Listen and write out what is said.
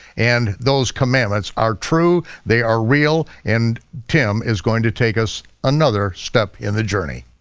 and those commandments are true. they are real and tim is going to take us another step in the journey.